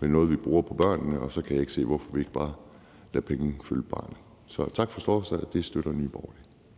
nogle, vi bruger på børnene, og så kan jeg ikke se, hvorfor vi ikke bare lader pengene følge barnet. Så tak for beslutningsforslaget. Det støtter vi i Nye